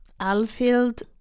Alfield